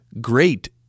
great